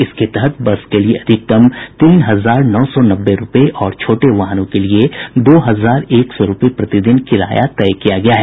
इसके तहत बस के लिए अधिकतम तीन हजार नौ सौ नब्बे रूपये और छोटे वाहनों के लिए दो हजार एक सौ रूपये प्रतिदिन किराया तय किया गया है